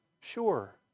sure